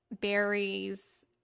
Berries